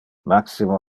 maximo